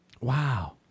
Wow